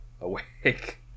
awake